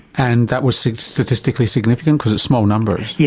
and that was statistically significant because it's small numbers? yeah